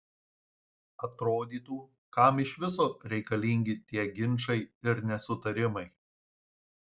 atrodytų kam iš viso reikalingi tie ginčai ir nesutarimai